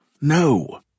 No